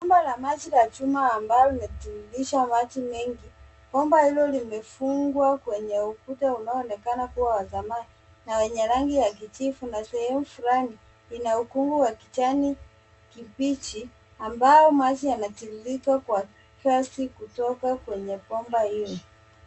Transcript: Bomba la maji la chuma ambayo inatiririsha maji mengi. Bomba hilo limefungwa kwenye ukuta unaonekana kuwa wa zamani na wenye rangi ya kijivu na sehemu fulani ina ukungu wa kijani kibichi ambao maji yanatiririka kwa kasi kutoka kwenye bomba hili.